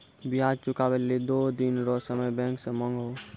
ब्याज चुकबै लेली दो दिन रो समय बैंक से मांगहो